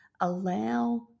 allow